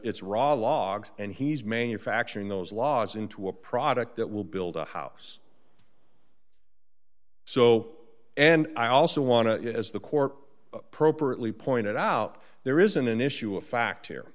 it's raw logs and he's manufacturing those laws into a product that will build a house so and i also want to it as the corp appropriately pointed out there isn't an issue of fact here